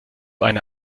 eine